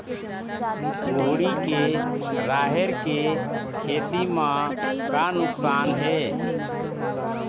कुहड़ी के राहेर के खेती म का नुकसान हे?